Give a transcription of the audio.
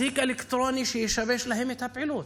אזיק אלקטרוני, שישבש להם את הפעילות?